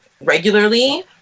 regularly